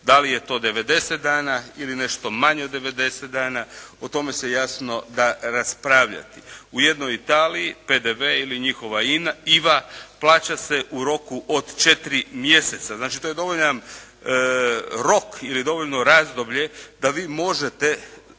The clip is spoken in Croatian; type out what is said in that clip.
Da li je to 90 dana ili nešto manje od 90 dana o tome se jasno da raspravljati. U jednoj Italiji PDV ili njihova IVA plaća se u roku od 4 mjeseca. Znači, to je dovoljan rok ili dovoljno razdoblje da vi možete